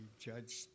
judge